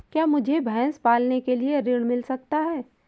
क्या मुझे भैंस पालने के लिए ऋण मिल सकता है?